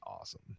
awesome